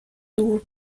دور